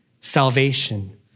salvation